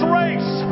race